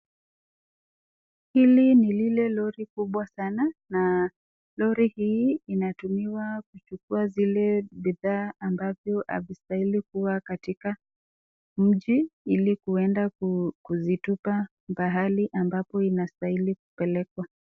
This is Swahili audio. Hili ni lile lori kubwa sana, na lori hii inatumiwa kuchukua zile bidhaa ambavyo havistahili kuwa katika mji ili kwenda kuzitupa, mahali zinastahili kupelekwa.